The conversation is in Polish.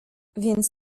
więc